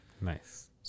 Nice